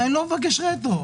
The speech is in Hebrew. אני לא מבקש לקבל רטרואקטיבית.